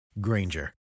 Granger